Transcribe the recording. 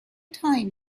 time